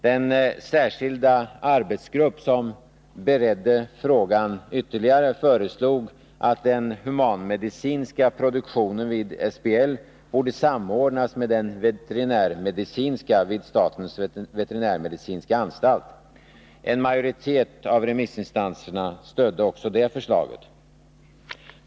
Den särskilda arbetsgrupp som beredde frågan ytterligare föreslog att den humanmedicinska produktionen vid SBL skulle samordnas med den veterinärmedicinska vid statens veterinärmedicinska anstalt. En majoritet av remissinstanserna stödde också det förslaget.